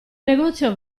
negozio